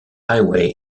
highway